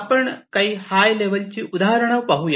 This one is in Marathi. आपण काही हाय लेवलची उदाहरण पाहूया